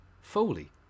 Foley